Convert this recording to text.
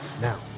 now